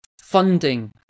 funding